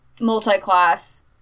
multi-class